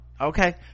Okay